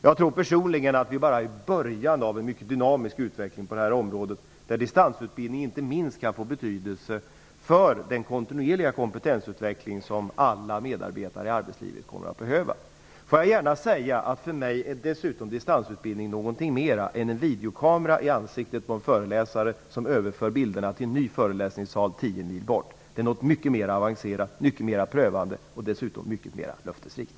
Jag tror personligen att vi bara är i början av en mycket dynamisk utveckling på det här området, där inte minst distansutbildning kan få betydelse för den kontinuerliga kompetensutveckling som alla medarbetare i arbetslivet kommer att behöva. Jag vill gärna säga att för mig är dessutom distansutbildning någonting mera än en videokamera i ansiktet på en föreläsare som överför bilderna till en ny föreläsningssal 10 mil bort. Det är något mycket mer avancerat, mycket mer prövande och dessutom mycket mer löftesrikt.